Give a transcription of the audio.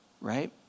right